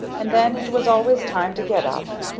and then it was always time to get up,